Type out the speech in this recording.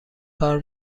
کار